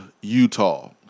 Utah